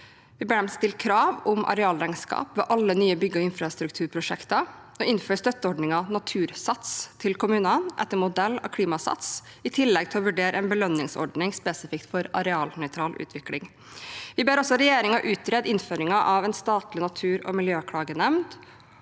Vi ber dem stille krav om arealregnskap ved alle nye bygge- og infrastrukturprosjekter og innføre støtteordningen Natursats til kommunene etter modell av Klimasats, i tillegg til å vurdere en belønningsordning spesifikt for arealnøytral utvikling. Vi ber altså regjeringen utrede innføringen av en statlig natur- og miljøklagenemnd